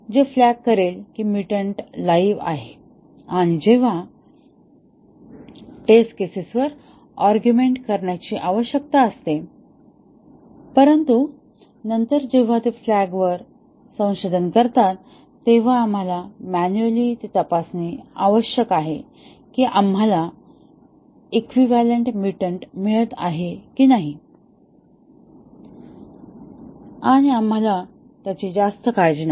हे फ्लॅग करेल की म्युटंट लाईव्ह आहे आणि जेव्हा टेस्ट केसेसवर आर्ग्यूमेंट करण्याची आवश्यकता असते परंतु नंतर जेव्हा ते फ्लॅग वर संशोधन करतात तेव्हा आम्हाला मॅनुअली तपासणे आवश्यक आहे की आम्हाला इक्विवैलन्ट म्युटंट मिळत आहे की नाही आणि आम्हाला त्याची जास्त काळजी नाही